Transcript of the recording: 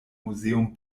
museum